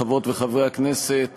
חברות וחברי הכנסת,